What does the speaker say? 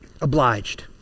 Obliged